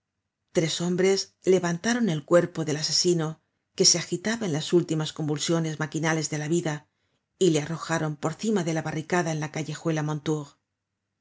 tres hombres levantaron el cuerpo del asesino que se agitaba en las últimas convulsiones maquinales de la vida y le arrojaron por cima de la barricada en la callejuela